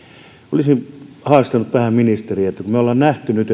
olisin haastanut vähän ministeriä kun me olemme nähneet nyt